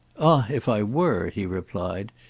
ah if i were, he replied,